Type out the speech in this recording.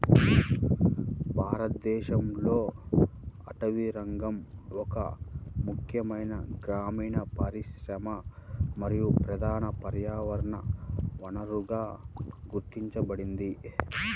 భారతదేశంలో అటవీరంగం ఒక ముఖ్యమైన గ్రామీణ పరిశ్రమ మరియు ప్రధాన పర్యావరణ వనరుగా గుర్తించబడింది